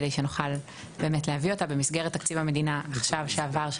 כדי שנוכל להביא אותה במסגרת תקציב המדינה הנוכחי